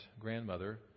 grandmother